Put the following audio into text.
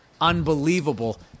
unbelievable